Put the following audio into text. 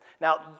Now